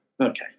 Okay